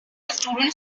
students